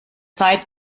zeit